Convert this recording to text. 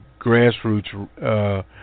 grassroots